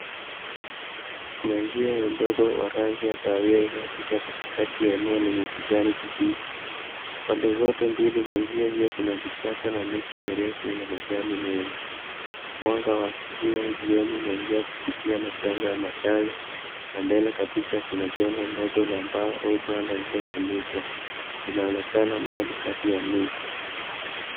Kuna njia ya udongo wa rangi ya kahawia inayopita katikati ya eneo lenye kijani kibichi. Pande zote mbili za njia hio kuna vichaka na miti mirefu yenye majani mengi. Mwanga wa asubuhi au jioni unaingia kupitia mapengo ya matawi na mbele kabisa kuna jengo ndogo la mbao au banda liliofunikwa. Linaonekana mbali kati ya miti.